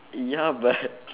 ya but